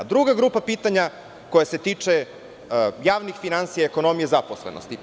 Druga grupa pitanja koja se tiče javnih finansija, ekonomije zaposlenosti.